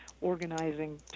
organizing